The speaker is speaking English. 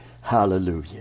hallelujah